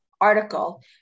article